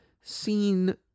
seen